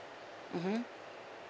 mmhmm